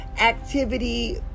activity